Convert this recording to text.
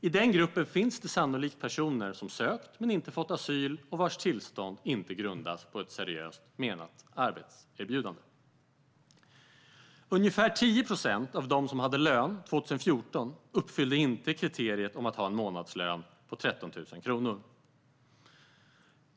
I den gruppen finns det sannolikt personer som sökt men inte fått asyl och vars tillstånd inte grundas på ett seriöst menat arbetserbjudande. Ungefär 10 procent av dem som hade lön 2014 uppfyllde inte kriteriet om att ha en månadslön på 13 000 kronor.